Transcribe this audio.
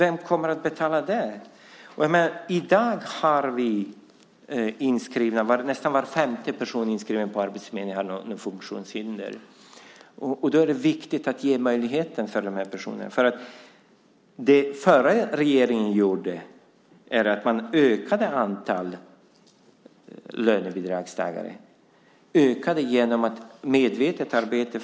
I dag har nästan var femte person som är inskriven hos arbetsförmedlingen något funktionshinder. Det är viktigt att ge dessa personer möjligheter. Vad den förra regeringen gjorde var att man ökade antalet lönebidragstagare genom ett medvetet arbete.